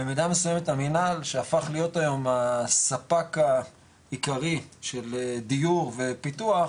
במידה מסויימת המינהל שהפך להיות היום הספק העיקרי של דיור ופיתוח,